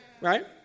right